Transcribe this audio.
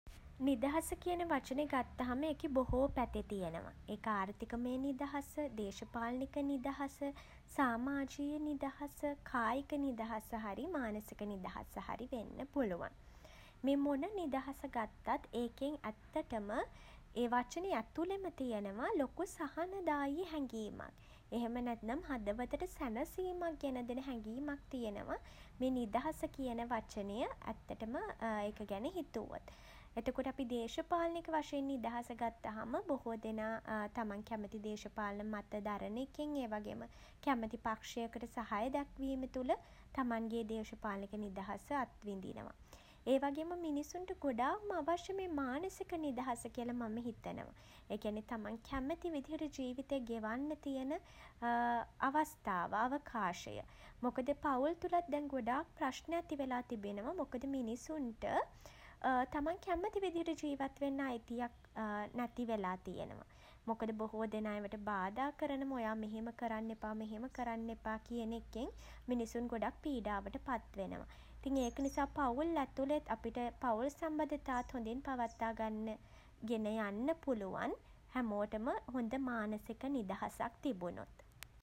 නිදහස කියන වචනේ ගත්තහම ඒකෙ බොහෝ පති තියෙනවා. ඒක ආර්ථිකමය නිදහස, දේශපාලනික නිදහස, සාමාජීය නිදහස, කායික නිදහස හරි මානසික නිදහස හරි වෙන්න පුළුවන්. මේ මොන නිදහස ගත්තත් ඒකෙන් ඇත්තටම ඒ වචනේ ඇතුළෙම තියෙනවා ලොකු සහනදායී හැගීමක්. එහෙම නැත්තම් හදවතට සැනසීමක් ගෙන දෙන හැගීමක් තියෙනවා මේ නිදහස කියන වචනය ඇත්තටම ඒක ගැන හිතුවොත්. එතකොට අපි දේශපාලනික වශයෙන් නිදහස ගත්තහම බොහෝ දෙනා තමන් කැමති දේශපාලන මත දරන එකෙන් ඒ වගේම කැමති පක්ෂයකට සහය දැක්වීම තුළ තමන්ගේ දේශපාලනික නිදහස අත්විඳිනවා. ඒ වගේම මිනිස්සුන්ට ගොඩාක්ම අවශ්‍ය මේ මානසික නිදහස කියල මම හිතනවා. ඒ කියන්නේ තමන් කැමති විදිහට ජීවිතේ ගෙවන්න තියෙන අවස්ථාව, අවකාශය. මොකද පවුල් තුලත් දැන් ගොඩාක් ප්‍රශ්න ඇතිවෙලා තිබෙනවා. මොකද මිනිසුන්ට තමන් කැමති විදිහට ජීවත් වෙන්න අයිතියක් නැති වෙලා තියෙනවා. මොකද බොහෝ දෙනා ඒවට බාධා කරනවා ඔයා මෙහෙම කරන්න එපා මෙහෙම කරන්න එපා කියන එකෙන් මිනිසුන් ගොඩක් පීඩාවට පත් වෙනවා. ඉතින් ඒක නිසා පවුල් ඇතුළෙත් අපිට පවුල් සබඳතාත් හොදින් පවත්වාගන්න ගෙනයන්න පුළුවන් හැමෝටම හොඳ මානසික නිදහසක් තිබුණොත්.